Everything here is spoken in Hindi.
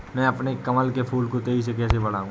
मैं अपने कमल के फूल को तेजी से कैसे बढाऊं?